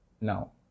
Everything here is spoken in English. now